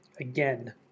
Again